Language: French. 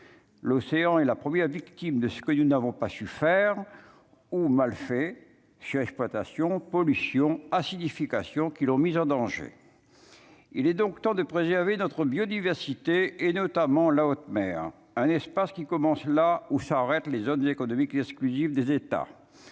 l'océan et la première victime de ce que nous n'avons pas su faire ou mal fait, je exploitation : pollution, acidification qui l'ont mis en danger, il est donc temps de préserver notre biodiversité et notamment la haute mer, un espace qui commence là où s'arrêtent les zones économiques exclusives des États